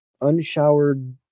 unshowered